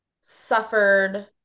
suffered